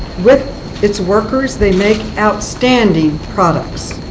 with its workers, they make outstanding products.